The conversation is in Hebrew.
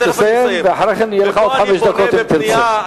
תסיים ואחר כך יהיו לך עוד חמש דקות, אם תרצה.